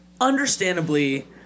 understandably